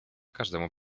każdemu